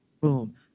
Boom